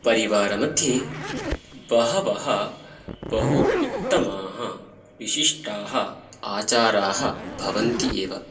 परिवारमध्ये बहवः बहु उत्तमाः विशिष्टाः आचाराः भवन्ति एव